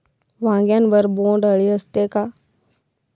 वांग्यावर बोंडअळी असते का?